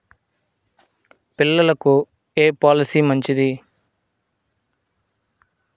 పిల్లలకు ఏ పొలసీ మంచిది?